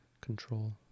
control